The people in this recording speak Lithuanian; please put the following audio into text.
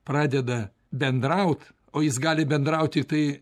pradeda bendraut o jis gali bendraut tiktai